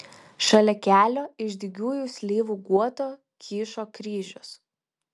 šalia kelio iš dygiųjų slyvų guoto kyšo kryžius